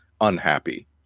unhappy